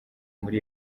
muri